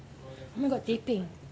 oh my god teh peng